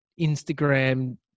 Instagram